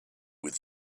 with